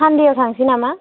सानदेआव थांसै नामा